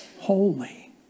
holy